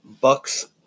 Bucks